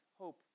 hope